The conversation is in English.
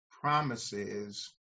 promises